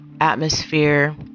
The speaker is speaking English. atmosphere